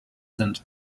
sind